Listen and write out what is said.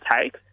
take